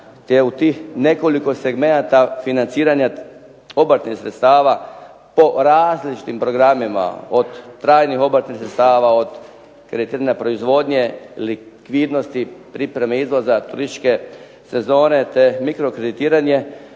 te u tih nekoliko segmenata financiranja obrtnih sredstava po različitim programima od trajnih obrtnih sredstava, od kreditiranja proizvodnje, likvidnosti, pripreme izvoza, turističke sezone te mikrokreditiranje